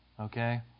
Okay